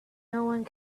one